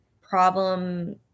problem